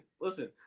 listen